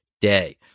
day